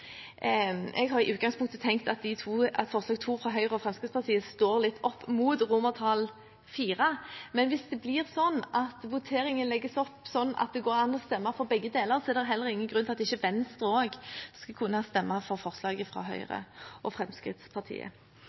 Jeg har i utgangspunktet tenkt at forslag nr. 2, fra Høyre og Fremskrittspartiet, står litt opp mot forslag til vedtak IV, men hvis voteringen legges opp sånn at det går an å stemme for begge deler, er det ingen grunn til at ikke Venstre også skal kunne stemme for forslaget fra Høyre og Fremskrittspartiet.